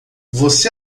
você